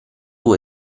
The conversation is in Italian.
vuoi